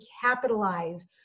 capitalize